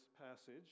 passage